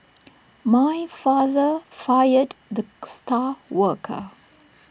my father fired the star worker